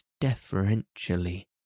deferentially